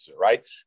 right